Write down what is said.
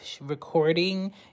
recording